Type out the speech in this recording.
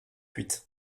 huit